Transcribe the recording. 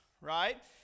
Right